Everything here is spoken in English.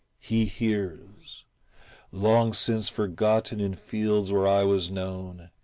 he hears long since forgotten in fields where i was known,